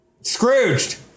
Scrooged